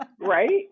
Right